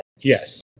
Yes